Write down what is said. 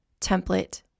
template